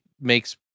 makes